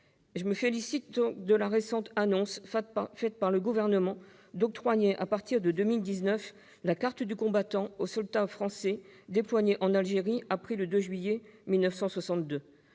Je me félicite donc de la décision récemment annoncée par le Gouvernement d'octroyer, à partir de 2019, la carte du combattant aux soldats français déployés en Algérie après le 2 juillet 1962.